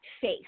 faith